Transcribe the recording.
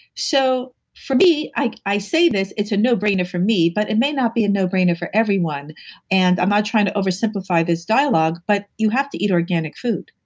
so for me, i say this, it's a no brainer for me, but it may not be a no brainer for everyone and i'm not trying to oversimplify this dialogue, but you have to eat organic food.